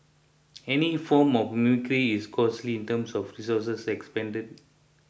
any form of mimicry is costly in terms of resources expended